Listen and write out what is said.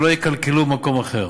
שלא יקלקלו במקום אחר.